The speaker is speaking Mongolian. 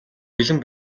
бэлэн